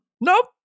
Nope